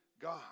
God